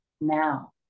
now